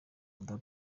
oda